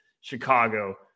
Chicago